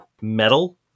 metal